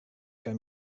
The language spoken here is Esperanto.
kaj